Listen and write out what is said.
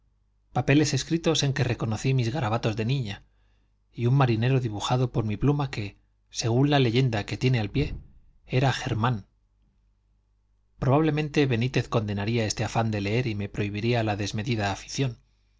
papeles escritos en que reconocí mis garabatos de niña y un marinero dibujado por mi pluma que según la leyenda que tiene al pie era germán probablemente benítez condenaría este afán de leer y me prohibiría la desmedida afición